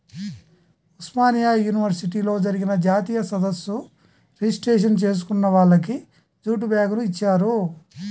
ఉస్మానియా యూనివర్సిటీలో జరిగిన జాతీయ సదస్సు రిజిస్ట్రేషన్ చేసుకున్న వాళ్లకి జూటు బ్యాగుని ఇచ్చారు